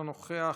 אינו נוכח,